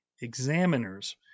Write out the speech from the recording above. Examiners